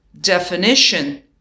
definition